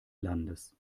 landes